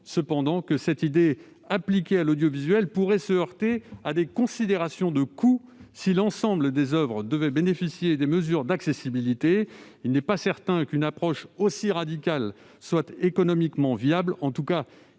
me semble que cette idée, appliquée à l'audiovisuel, pourrait se heurter à des considérations de coût, si l'ensemble des oeuvres devait bénéficier des mesures d'accessibilité. Il n'est pas certain qu'une approche aussi radicale soit économiquement viable. En tout cas, elle